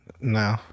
No